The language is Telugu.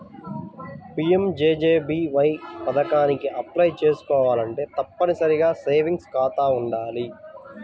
పీయంజేజేబీవై పథకానికి అప్లై చేసుకోవాలంటే తప్పనిసరిగా సేవింగ్స్ ఖాతా వుండాలి